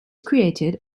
created